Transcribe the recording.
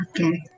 Okay